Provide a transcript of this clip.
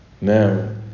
now